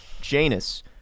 Janus